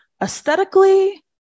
Aesthetically